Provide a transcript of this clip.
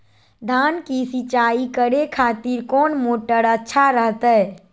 धान की सिंचाई करे खातिर कौन मोटर अच्छा रहतय?